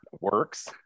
works